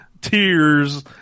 tears